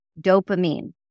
dopamine